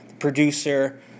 Producer